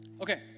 Okay